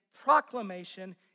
proclamation